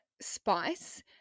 spice